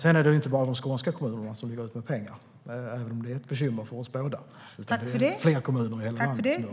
Sedan är det inte bara de skånska kommunerna som ligger ute med pengar - även om det är ett bekymmer för oss båda. Det är fler kommuner i hela landet som gör det.